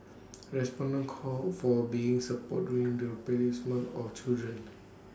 respondents called for being support during the placement of children